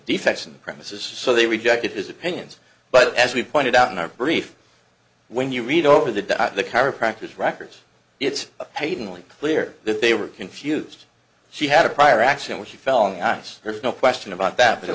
defects in the premises so they rejected his opinions but as we pointed out in our brief when you read over the the chiropractors records it's paid only clear that they were confused she had a prior accident when she fell on the ice there's no question about that but